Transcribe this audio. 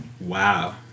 wow